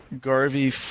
Garvey